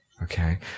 okay